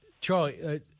Charlie